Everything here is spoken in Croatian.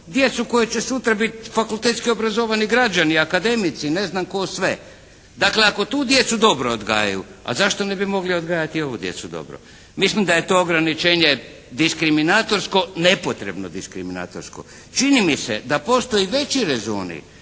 djecu koja će sutra biti fakultetski obrazovani građani, akademici i ne znam tko sve. Dakle, ako tu djecu dobro odgajaju a zašto ne bi mogli i ovu djecu odgajati dobro. Mislim da je to ograničenje diskriminatorsko, nepotrebno diskriminatorsko. Čini mi se da postoje veći rezonu